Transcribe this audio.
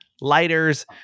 lighters